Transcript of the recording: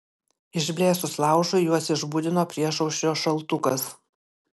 išblėsus laužui juos išbudino priešaušrio šaltukas